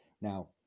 Now